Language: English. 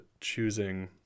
choosing